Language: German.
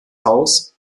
haus